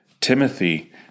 Timothy